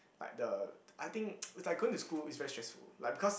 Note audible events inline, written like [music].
like the I think [noise] it's like going to school it's very stressful like because